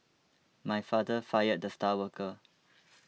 my father fired the star worker